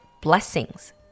blessings